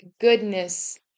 goodness